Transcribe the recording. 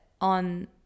on